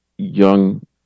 young